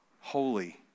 holy